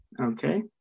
Okay